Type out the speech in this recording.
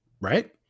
right